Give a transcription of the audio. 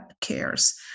cares